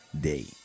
day